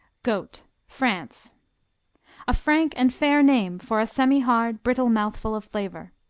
goat france a frank and fair name for a semihard, brittle mouthful of flavor.